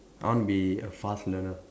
I want be a fast learner